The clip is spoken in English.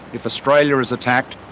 if australia is attacked,